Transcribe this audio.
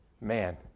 Man